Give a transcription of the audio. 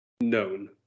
known